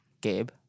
Gabe